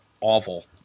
awful